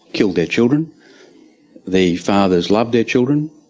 killed their children the fathers loved their children.